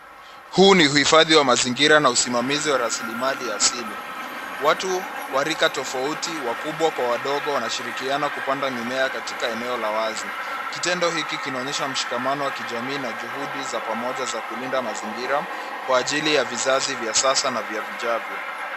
Huu ni uhifadhi wa mazingira na usimamazi wa rasilimali asili. Watu wa rika tofauti, wakubwa kwa wadogo wanashirikiana kupanda mimea katika eneo la wazi. Kitendo hiki kinaonyesha mshikamano wa kijamii na juhudi za pamoja za kulinda mazingira, kwa ajili ya vizazi vya sasa, na vya vijaavyo.